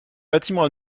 bâtiment